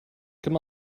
come